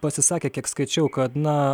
pasisakė kiek skaičiau kad na